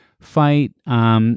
fight